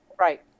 Right